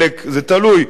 זה תלוי,